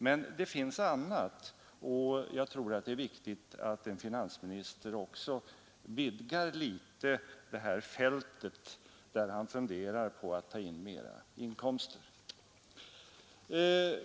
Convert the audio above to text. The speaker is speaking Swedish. Men det finns annat, och jag tror att det är viktigt att en finansminister också vidgar fältet, när han funderar på att ta in mera inkomster.